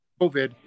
COVID